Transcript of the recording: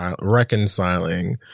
reconciling